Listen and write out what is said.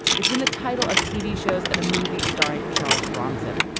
it's been the title of tv shows and a movie starring charles bronson.